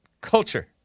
culture